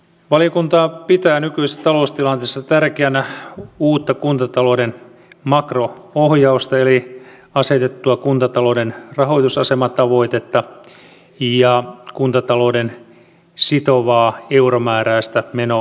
valiokunta pitää nykyisessä taloustilanteessa tärkeänä uutta kuntatalouden makro ohjausta eli asetettua kuntatalouden rahoitusasematavoitetta ja kuntatalouden sitovaa euromääräistä menorajoitetta